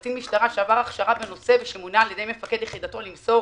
קצין משטרה שעבר הכשרה בנושא ושמונה על ידי מפקד יחידתו למסור